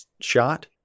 shot